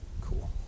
Cool